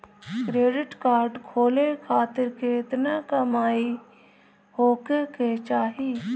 Credit card खोले खातिर केतना कमाई होखे के चाही?